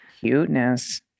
Cuteness